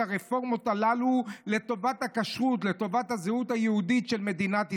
הרפורמות הללו לטובת הכשרות ולטובת הזהות היהודית של מדינת ישראל.